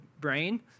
brain